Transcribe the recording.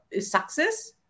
success